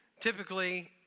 typically